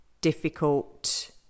difficult